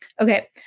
Okay